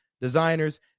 designers